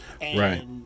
Right